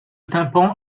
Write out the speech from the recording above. tympan